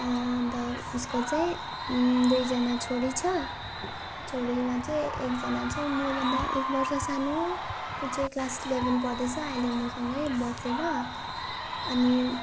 अन्त उसको चाहिँ दुईजना छोरी छ छोरीमा चाहिँ एकजना चाहिँ मभन्दा एक वर्ष सानो हो ऊ चाहिँ क्लास इलेभेन पढ्दैछ अहिले मसँगेै बसेर अनि